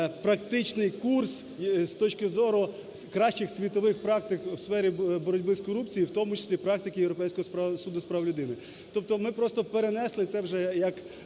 практичний курс з точки зору кращих світових практик в сфері боротьби з корупцією, в тому числі практики Європейського суду з прав людини. Тобто ми просто перенесли це вже як